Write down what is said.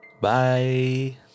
bye